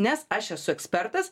nes aš esu ekspertas